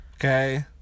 okay